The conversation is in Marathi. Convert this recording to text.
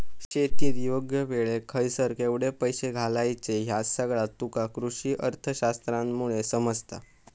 शेतीत योग्य वेळेक खयसर केवढे पैशे घालायचे ह्या सगळा तुका कृषीअर्थशास्त्रामुळे समजता